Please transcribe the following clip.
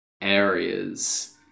areas